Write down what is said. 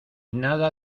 nada